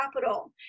capital